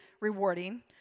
rewarding